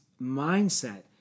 mindset